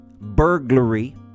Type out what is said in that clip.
burglary